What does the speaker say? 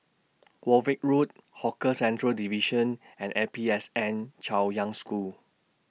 Warwick Road Hawker Centres Division and A P S N Chaoyang School